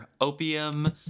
opium